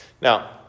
Now